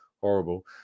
horrible